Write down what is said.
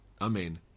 Amen